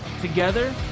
Together